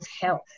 health